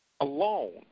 alone